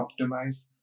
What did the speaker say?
optimize